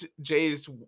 Jay's